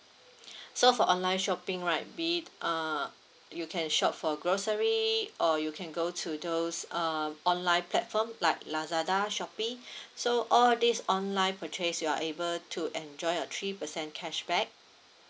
so for online shopping right be it err you can shop for grocery or you can go to those uh online platform like lazada shopee so all this online purchase you are able to enjoy a three percent cashback